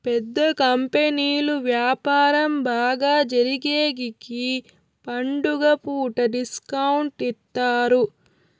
పెద్ద కంపెనీలు వ్యాపారం బాగా జరిగేగికి పండుగ పూట డిస్కౌంట్ ఇత్తారు